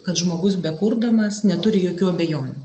kad žmogus bekurdamas neturi jokių abejonių